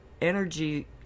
energy